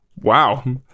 wow